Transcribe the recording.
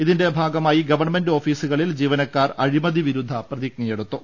ഇതിന്റെ ഭാഗമായി ഗവൺമെന്റ് ഓഫീസുകളിൽ ജീവനക്കാർ അഴിമതി വിരുദ്ധ പ്രതിജ്ഞയെടുത്തു